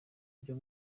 buryo